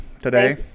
today